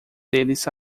deles